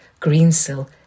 Greensill